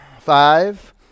Five